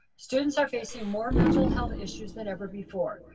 students are facing more mental health issues than ever before.